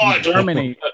Germany